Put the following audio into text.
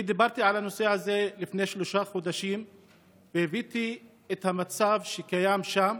אני דיברתי על הנושא הזה לפני שלושה חודשים והבאתי את המצב שקיים שם,